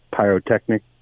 pyrotechnic